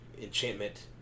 enchantment